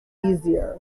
easier